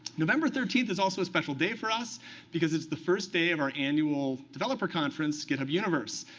november thirteen is also a special day for us because it's the first day of our annual developer conference, github universe,